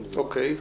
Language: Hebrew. אוקיי.